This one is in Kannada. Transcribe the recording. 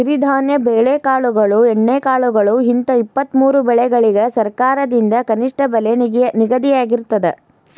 ಸಿರಿಧಾನ್ಯ ಬೆಳೆಕಾಳುಗಳು ಎಣ್ಣೆಕಾಳುಗಳು ಹಿಂತ ಇಪ್ಪತ್ತಮೂರು ಬೆಳಿಗಳಿಗ ಸರಕಾರದಿಂದ ಕನಿಷ್ಠ ಬೆಲೆ ನಿಗದಿಯಾಗಿರ್ತದ